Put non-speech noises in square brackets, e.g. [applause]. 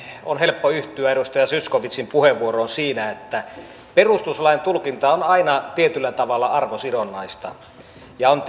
on helppo yhtyä edustaja zyskowiczin puheenvuoroon siinä että perustuslain tulkinta on aina tietyllä tavalla arvosidonnaista on [unintelligible]